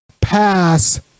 pass